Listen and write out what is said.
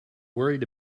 worried